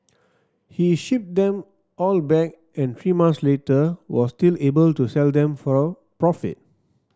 he shipped them all back and three months later was still able to sell them for a profit